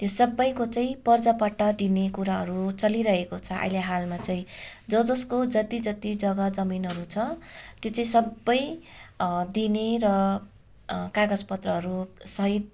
त्यो सबैको चाहिँ पर्जा पट्टा दिने कुराहरू चलिरहेको छ अहिले हालमा चाहिँ ज जसको जत्ति जत्ति जग्गा जमिनहरू छ त्यो चाहिँ सबै दिने र कागज पत्रहरूसहित